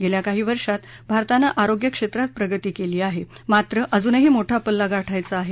गेल्या काही वर्षात भारतानं आरोग्य क्षेत्रात प्रगती केली आहे मात्र अजूनही मोठा पल्ला गाठायचा आहे